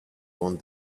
want